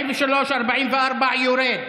43 ו-44 יורדות.